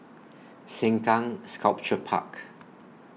Sengkang Sculpture Park